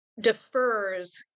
defers